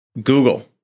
Google